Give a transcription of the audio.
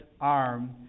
arm